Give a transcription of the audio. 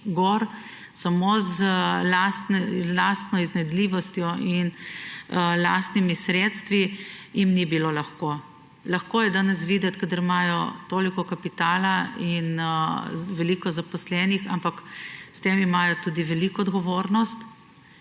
gor samo z lastno iznajdljivostjo in lastnimi sredstvi, jim ni bilo lahko. Lahko je danes videti, kadar imajo toliko kapitala in veliko zaposlenih, ampak s tem imajo tudi veliko odgovornost,